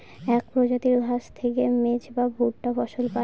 এক প্রজাতির ঘাস থেকে মেজ বা ভুট্টা ফসল পায়